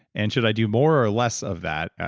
and should i do more or less of that?